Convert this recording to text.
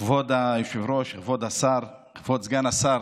כבוד היושב-ראש, כבוד השר, כבוד סגן השר,